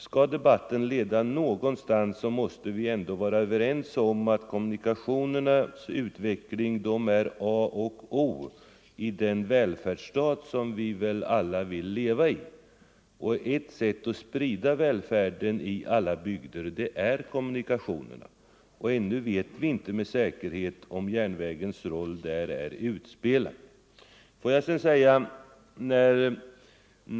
Skall debatten leda någonstans måste vi ändå vara överens om att kommunikationernas utveckling är a och o i den välfärdsstat som vi väl alla vill leva i; ett sätt att sprida välfärden i alla bygder är att ha goda kommunikationer, och ännu vet vi inte med säkerhet om järnvägens roll därvidlag är utspelad.